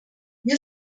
wir